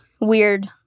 weird